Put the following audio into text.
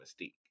mystique